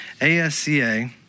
ASCA